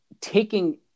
taking